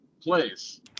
place